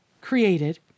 created